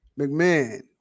McMahon